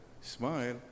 smile